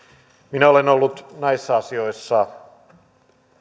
minä olen ollut näissä asioissa